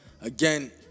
again